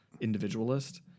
individualist